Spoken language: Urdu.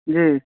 جی